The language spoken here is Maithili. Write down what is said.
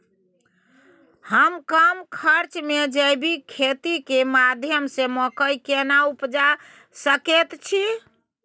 हम कम खर्च में जैविक खेती के माध्यम से मकई केना उपजा सकेत छी?